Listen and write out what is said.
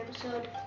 episode